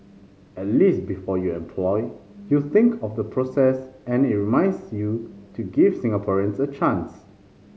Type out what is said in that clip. at least before you employ you think of the process and it reminds you to give Singaporeans a chance